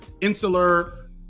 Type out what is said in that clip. insular